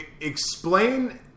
explain